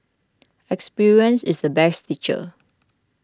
experience is the best teacher